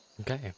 Okay